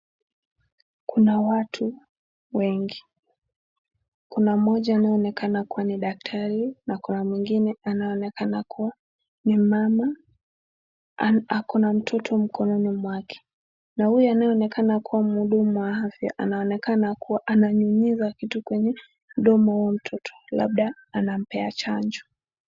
Kuna watu wengi, Kuna mmoja anaye onekana kuwa ni daktari na kuna mwingine anaye onekana kuwa ni mama ako na mtoto mkononi mwake na huyu anaye onekana kuwa mhudumu wa afya anaonekana kuwa ananyunyiza kitu kwenye mdomo wa mtoto labda anampea chanjo.